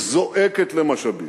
שזועקת למשאבים.